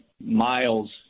Miles